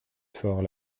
fort